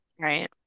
right